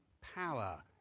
power